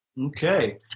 okay